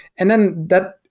and then that,